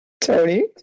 Tony